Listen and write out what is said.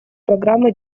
программы